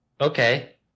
okay